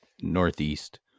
northeast